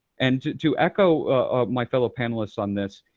and to echo my fellow panelists on this,